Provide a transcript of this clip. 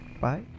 bye